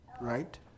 right